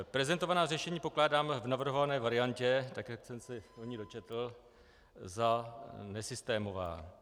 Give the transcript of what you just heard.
Prezentovaná řešení pokládám v navrhované variantě, jak jsem se o ní dočetl, za nesystémová.